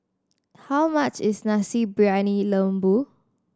how much is Nasi Briyani Lembu